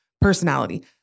personality